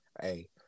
hey